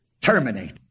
terminate